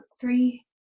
three